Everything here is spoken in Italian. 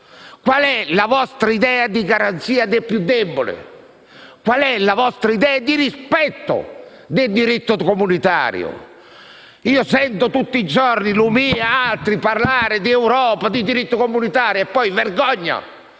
Qual è la vostra idea di garanzia del più debole? Qual è la vostra idea di rispetto del diritto comunitario? Io sento tutti i giorni il senatore Lumia e altri colleghi parlare di Europa e di diritto comunitario. E poi? Vergogna!